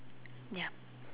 yep